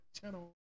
channel